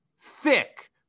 thick